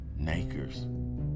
Nakers